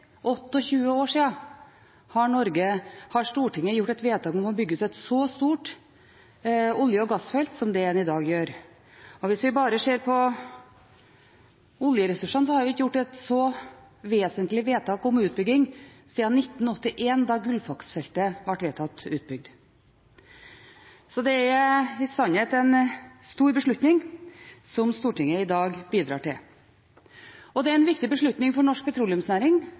29 år siden – har Stortinget gjort et vedtak om å bygge ut et så stort olje- og gassfelt som det en i dag gjør. Hvis en bare ser på oljeressursene, har en ikke gjort et så vesentlig vedtak om utbygging siden 1981, da Gullfaks-feltet ble vedtatt utbygd. Så det er i sannhet en stor beslutning som Stortinget i dag bidrar til. Det er en viktig beslutning for norsk petroleumsnæring,